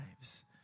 lives